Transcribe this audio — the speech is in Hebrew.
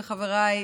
וחבריי,